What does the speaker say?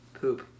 poop